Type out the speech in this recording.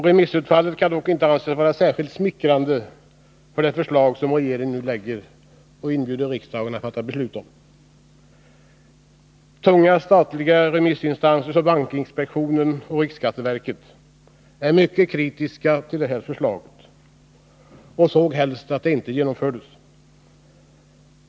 Remissutfallet kan dock inte anses vara särskilt smickrande för det förslag som regeringen nu lägger fram och inbjuder riksdagen att fatta beslut om. Tunga statliga remissinstanser som bankinspektionen och riksskatteverket är mycket kritiska till förslaget och såg helst att det inte genomfördes.